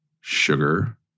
sugar